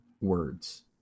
words